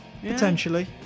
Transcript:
Potentially